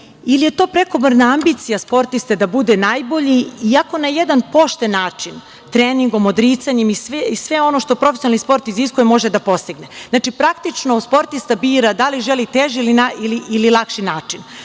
ili je to prekomerna ambicija sportista da bude najbolji, iako na jedan pošten način, treningom, odricanjem i sve ono što profesionalni sport iziskuje, može da postigne? Znači, praktično sportista bira da li želi teži ili lakši način. Mogu